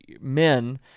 men